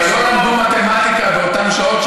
אבל לא למדו מתמטיקה באותן שעות,